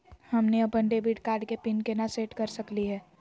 हमनी अपन debit card के पीन केना सेट कर सकली हे?